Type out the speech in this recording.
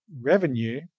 revenue